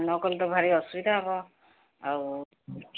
ନ କଲେ ତ ଭାରି ଅସୁବିଧା ହେବ ଆଉ